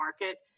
market